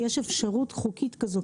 יש אפשרות חוקית כזאת.